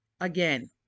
Again